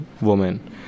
woman